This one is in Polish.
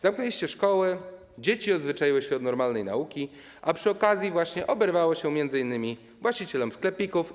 Zamknęliście szkoły, dzieci odzwyczaiły się od normalnej nauki, a przy okazji właśnie oberwało się m.in. właścicielom sklepików.